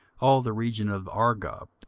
all the region of argob,